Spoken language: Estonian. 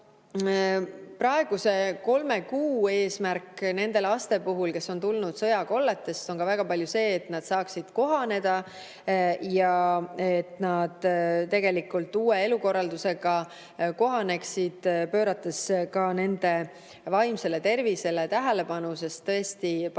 Praeguse kolme kuu eesmärk nende laste puhul, kes on tulnud sõjakolletest, on väga paljus ka see, et nad saaksid kohaneda ja et nad tegelikult uue elukorraldusega kohaneksid. Pöörame ka nende vaimsele tervisele tähelepanu, sest paljudel